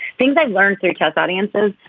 things i've learned through tough audiences.